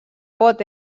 pot